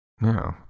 No